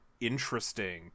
interesting